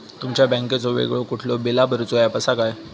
तुमच्या बँकेचो वेगळो कुठलो बिला भरूचो ऍप असा काय?